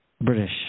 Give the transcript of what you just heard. British